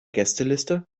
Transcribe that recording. gästeliste